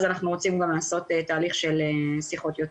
אז אנחנו גם רוצים לעשות תהליך של שיחות יוצאות.